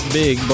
big